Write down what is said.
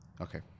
Okay